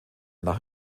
nach